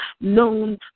known